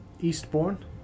Eastbourne